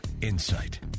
insight